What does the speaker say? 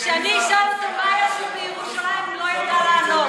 כשאני אשאל את, בירושלים, הוא לא ידע לענות.